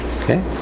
okay